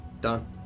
Done